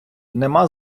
нема